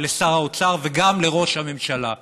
לשר האוצר וגם לראש הממשלה.